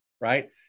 right